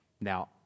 Now